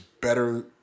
better